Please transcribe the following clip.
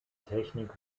technik